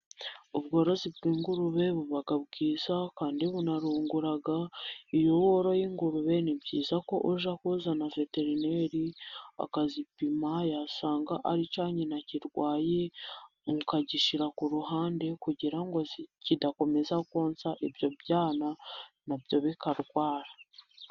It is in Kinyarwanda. Ubworozi bw'ingurube buba bwiza kandi buranungura. Iyo woroye ingurube ni byiza ko ujya kuzana veterineri akazipima, yasanga ari cya nyina kirwaye, akagishyira ku ruhande kugira ngo kidakomeza konsa ibyo byana na byo bikarwara.